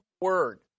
word